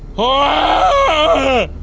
ah!